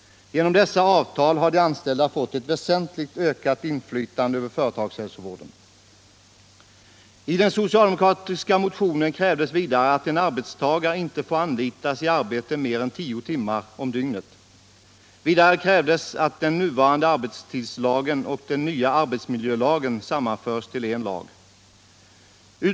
Genom dessa avtal har de anställda fått ett väsentligt ökat inflytande över företagshälsovården. I den socialdemokratiska motionen krävs vidare att en arbetstagare inte får anlitas i arbete mer än 10 timmar om dygnet. Vidare krävs att den nuvarande arbetstidslagen och den nya arbetsmiljölagen sammanförs till en lag.